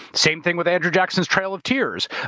same thing with andrew jackson's trail of tears.